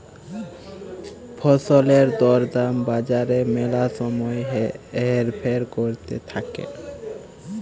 ফসলের দর দাম বাজারে ম্যালা সময় হেরফের ক্যরতে থাক্যে